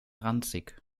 ranzig